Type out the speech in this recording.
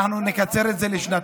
ואנחנו נקצר את זה לשנתיים?